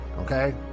okay